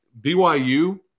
BYU